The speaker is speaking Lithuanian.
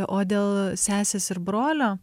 o dėl sesės ir brolio